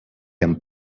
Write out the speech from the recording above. amb